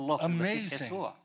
Amazing